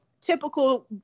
typical